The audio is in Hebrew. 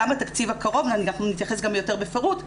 גם בתקציב הקרוב ונתייחס יותר בפירוט,